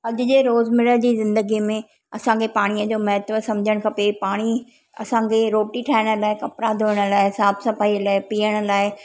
अॼ जे रोज़मरह जी ज़िन्दगीअ में असांखे पाणीअ जो महत्व सम्झणु खपे पाणी असांखे रोटी ठाहिण लाइ कपिड़ा धुअण लाइ साफ़ु सफ़ाई लाइ पीअण लाइ